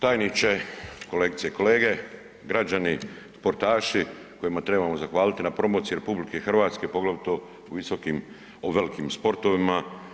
Tajniče, kolegice i kolege, građani, sportaši kojima trebamo zahvaliti na promociji RH poglavito u velikim sportovima.